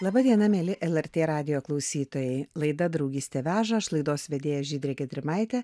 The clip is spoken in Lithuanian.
laba diena mieli lrt radijo klausytojai laida draugystė veža aš laidos vedėja žydrė gedrimaitė